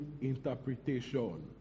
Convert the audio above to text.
interpretation